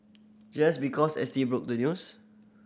just because S T broke the news